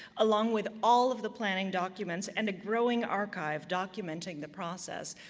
along with all of the planning documents, and a growing archive documenting the process.